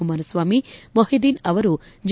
ಕುಮಾರಸ್ವಾಮಿ ಮೊಹಿದೀನ್ ಅವರು ಜೆ